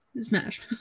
Smash